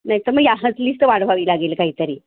नाही तर मग याच लिस्ट वाढवावी लागेल काहीतरी